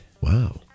Wow